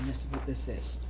what this is.